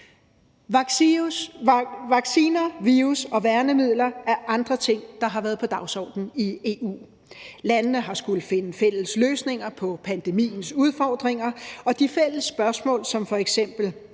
Vacciner, virus og værnemidler er andre ting, der har været på dagsordenen i EU. Landene har skullet finde fælles løsninger på pandemiens udfordringer og på de fælles spørgsmål som f.eks.: